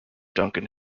duncan